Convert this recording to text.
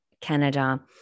Canada